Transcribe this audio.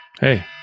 hey